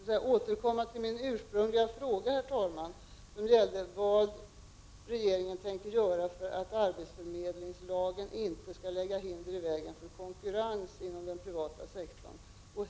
För att återkomma till min ursprungliga fråga, herr talman, så gällde den vad regeringen tänker göra för att arbetsförmedlingslagen inte skall lägga hinder i vägen för konkurrens inom den privata sektorn.